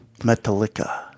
Metallica